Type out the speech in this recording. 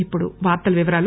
ఇప్పుడు వార్తల వివరాలు